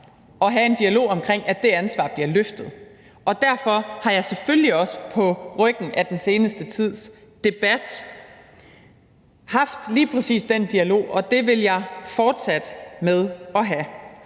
at have en dialog om, at det ansvar bliver løftet, og derfor har jeg selvfølgelig også på ryggen af den seneste tids debat haft lige præcis den dialog, og den vil jeg fortsætte med at have,